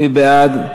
מי בעד,